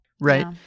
Right